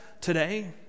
today